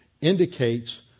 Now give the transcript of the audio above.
indicates